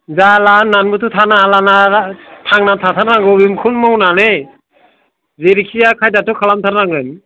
जाला होन्नानैबोथ' थानो हालाना थांनानै थाथारनांगौ नों बेखौनो मावनानै जेरैखि जाया खायदाथ' खालामथारनांगोन